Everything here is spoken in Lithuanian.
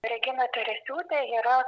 regina teresiūtė yra